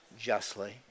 justly